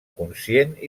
conscient